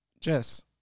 jess